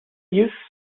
use